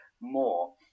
more